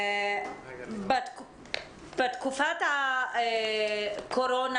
בתקופת הקורונה,